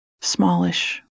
smallish